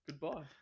goodbye